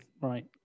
right